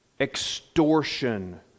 extortion